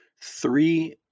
Three